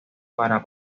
para